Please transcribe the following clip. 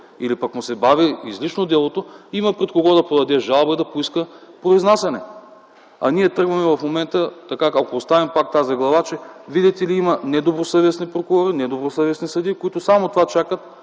или му се бави излишно делото, има пред кого да подаде жалба и да поиска произнасяне. Ние в момента тръгваме към това, ако оставим тази глава, че, видите ли, има недобросъвестни прокурори, недобросъвестни съдии, които само това чакат,